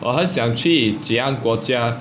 我很想去吉安国家